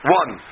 one